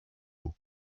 haut